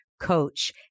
coach